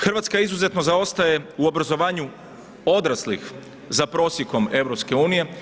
Hrvatska je izuzetno zaostaje u obrazovanju odraslih za prosjekom EU.